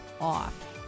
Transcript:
off